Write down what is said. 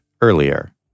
earlier